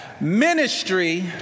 ministry